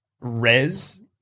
Res